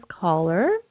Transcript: caller